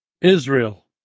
Israel